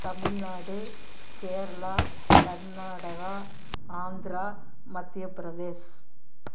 Tamil Nadu Kerala Karnataka Andhra Madhya Pradesh